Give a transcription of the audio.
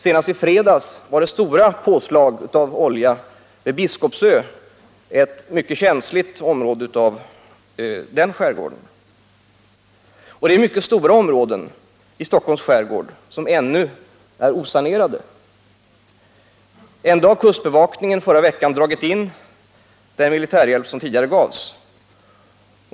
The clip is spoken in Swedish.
Senast i fredags kom stora mängder olja in vid Biskopsö, som är en mycket känslig del av Stockholms skärgård. Mycket stora områden av Stockholms skärgård är ännu osanerade. Trots detta drog kustbevakningen förra veckan in den militärhjälp som tidigare givits.